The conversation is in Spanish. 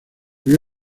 vio